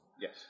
Yes